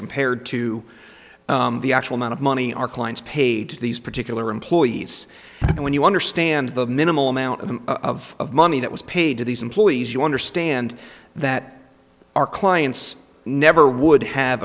compared to the actual amount of money our clients paid to these particular employees and when you understand the minimal amount of of money that was paid to these employees you understand that our clients never would have